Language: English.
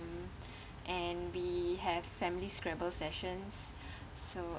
and we have family scramble sessions so